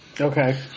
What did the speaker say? Okay